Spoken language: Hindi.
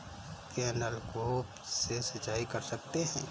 क्या नलकूप से सिंचाई कर सकते हैं?